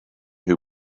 who